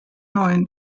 neuen